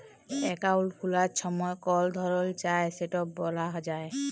account খুলার ছময় কল ধরল চায় সেট ব্যলা যায়